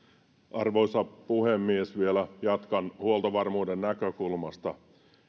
arvoisa puhemies vielä jatkan huoltovarmuuden näkökulmasta